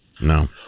No